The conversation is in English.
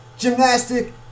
gymnastic